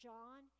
John